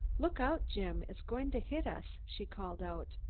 look out, jim! it's going to hit us she called out,